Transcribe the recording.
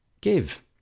give